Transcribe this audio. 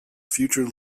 future